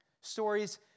Stories